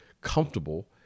comfortable